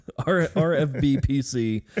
RFBPC